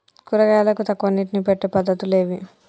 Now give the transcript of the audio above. కూరగాయలకు తక్కువ నీటిని పెట్టే పద్దతులు ఏవి?